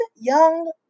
young